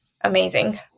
amazing